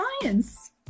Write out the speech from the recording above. science